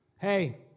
Hey